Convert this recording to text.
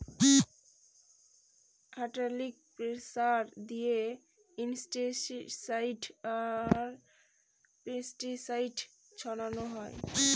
hydraulic sprayer দিয়ে insecticide আর pesticide ছড়ানো হয়